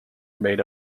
remain